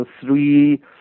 three